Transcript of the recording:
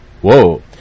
whoa